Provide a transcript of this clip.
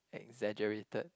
exaggerated